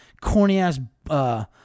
corny-ass